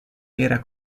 era